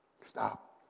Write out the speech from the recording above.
Stop